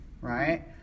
Right